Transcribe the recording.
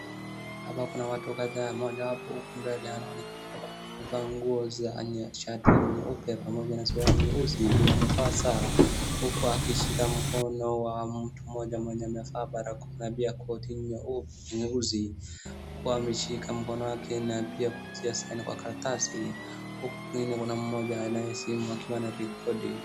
Hapa kuna watu kadhaa mmoja wapo huku mbele anaonekana kwa amevaa nguo za shati nyeupe pamoja na suwali nyeusi pia amevaa saa. Huku akishika mkono wa mtu mmoja mwenye amevaa barakoa na pia koti nyeusi. Kumshika mkono wake na pia kutia saini kwa karatasi. Huku kwingine kuna mmoja anayesimu akiwa anarekodi.